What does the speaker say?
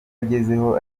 agezeho